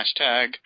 Hashtag